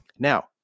Now